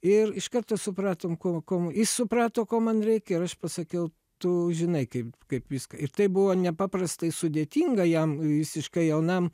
ir iš karto supratom ko kuom jis suprato ko man reikia ir aš pasakiau tu žinai kaip kaip viską ir tai buvo nepaprastai sudėtinga jam visiškai jaunam